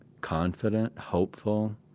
confident, hopeful,